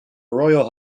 royal